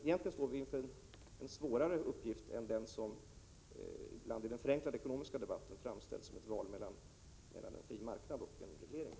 Egentligen står vi inför en svårare uppgift än den som ibland i den förenklade ekonomiska debatten framställs som ett val mellan en fri marknad och en reglering.